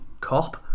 cop